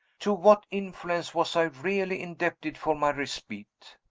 to what influence was i really indebted for my respite?